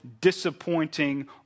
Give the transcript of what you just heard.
disappointing